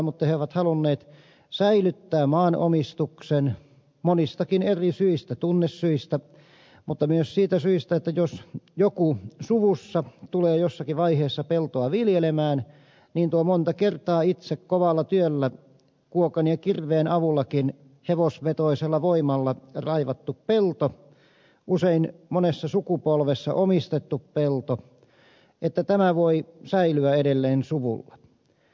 mutta he ovat halunneet säilyttää maanomistuksen monistakin eri syistä tunnesyistä mutta myös niistä syistä että jos joku suvussa tulee jossakin vaiheessa peltoa viljelemään niin tuo monta kertaa itse kovalla työllä kuokan ja kirveen avullakin hevosvetoisella voimalla raivattu pelto usein monessa sukupolvessa omistettu pelto voi säilyä edelleen suvulla